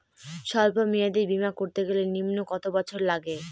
সল্প মেয়াদী বীমা করতে গেলে নিম্ন কত বছর লাগে?